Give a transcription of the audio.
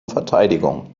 verteidigung